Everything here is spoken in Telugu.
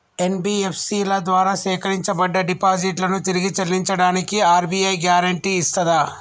ఎన్.బి.ఎఫ్.సి ల ద్వారా సేకరించబడ్డ డిపాజిట్లను తిరిగి చెల్లించడానికి ఆర్.బి.ఐ గ్యారెంటీ ఇస్తదా?